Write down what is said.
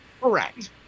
Correct